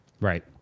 Right